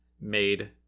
made